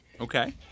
Okay